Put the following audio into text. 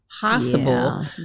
possible